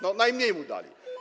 No, najmniej mu dali.